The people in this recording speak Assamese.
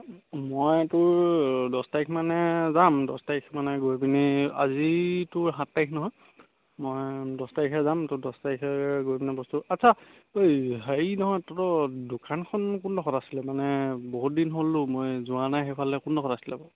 মই তোৰ দহ তাৰিখ মানে যাম দহ তাৰিখ মানে গৈ পিনি আজিতো সাত তাৰিখ নহয় মই দহ তাৰিখে যাম তোৰ দহ তাৰিখে গৈ পিনে বস্তু আচ্ছা এই হেৰি নহয় তহঁতৰ দোকানখন কোনডোখৰত আছিলে মানে বহুত দিন হ'ল অ' মই যোৱা নাই সেইফালে কোনডোখৰত আছিলে বাৰু